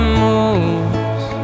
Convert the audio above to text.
moves